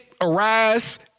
arise